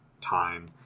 time